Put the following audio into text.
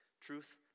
Truth